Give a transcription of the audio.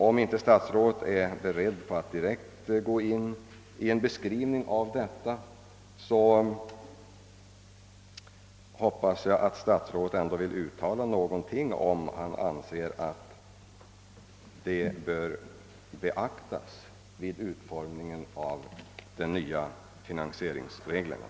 Om inte statsrådet är beredd att di rekt gå in på en redogörelse för uppläggningen av finansieringen, hoppas jag att statsrådet ändå vill uttala något om huruvida han anser att uppläggningen av finansieringen av isbrytningen bör ges sådana former att de ansluter till åtgärder för främjande av näringslivet i Norrland.